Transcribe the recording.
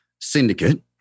syndicate